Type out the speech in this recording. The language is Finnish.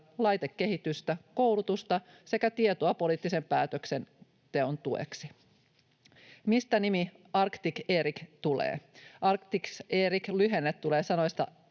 laitekehitystä, koulutusta sekä tietoa poliittisen päätöksenteon tueksi. Mistä nimi ACTRIS ERIC tulee? ACTRIS-lyhenne tulee sanoista